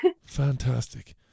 Fantastic